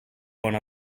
want